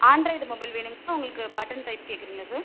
Android mobile வேணுங்களா உங்களுக்கு button type கேட்குறிங்களா சார்